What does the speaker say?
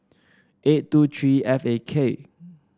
eight two three F A K